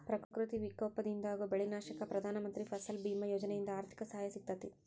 ಪ್ರಕೃತಿ ವಿಕೋಪದಿಂದಾಗೋ ಬೆಳಿ ನಾಶಕ್ಕ ಪ್ರಧಾನ ಮಂತ್ರಿ ಫಸಲ್ ಬಿಮಾ ಯೋಜನೆಯಿಂದ ಆರ್ಥಿಕ ಸಹಾಯ ಸಿಗತೇತಿ